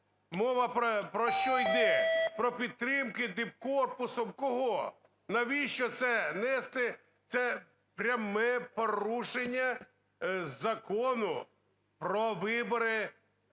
Мова про що йде? Про підтримку дипкорпусом кого? Навіщо це нести… Це пряме порушення Закону про вибори